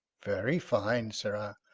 very fine! sirrah!